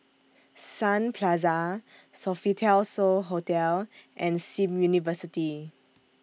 Sun Plaza Sofitel So Hotel and SIM University